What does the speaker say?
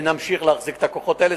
ונמשיך להחזיק את הכוחות האלה.